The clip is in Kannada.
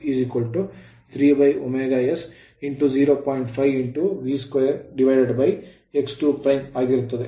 ಆಗಿರುತ್ತದೆ